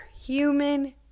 human